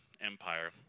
empire